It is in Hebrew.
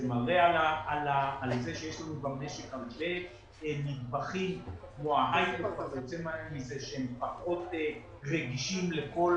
זה מראה על כך שיש לנו במשק הרבה נדבכים כמו ההייטק שהם פחות רגישים לכל